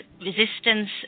resistance